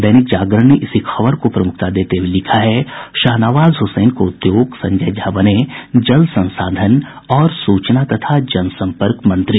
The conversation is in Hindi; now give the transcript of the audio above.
दैनिक जागरण ने इसी खबर को प्रमुखता देते हुये लिखा है शाहनवाज हुसैन को उद्योग संजय झा बने जल संसाधन और सूचना तथा जनसम्पर्क मंत्री